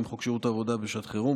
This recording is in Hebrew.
80. חוק שירות עבודה בשעת חירום,